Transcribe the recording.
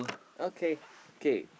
okay K